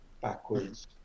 backwards